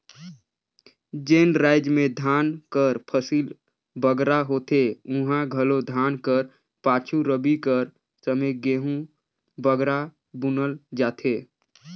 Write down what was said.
जेन राएज में धान कर फसिल बगरा होथे उहां घलो धान कर पाछू रबी कर समे गहूँ बगरा बुनल जाथे